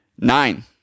nine